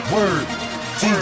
Word